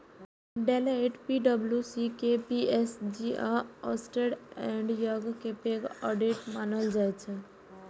Deloitte, P W C, K P M G आ Ernst and Young कें पैघ ऑडिटर्स मानल जाइ छै